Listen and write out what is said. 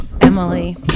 Emily